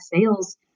sales